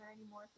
anymore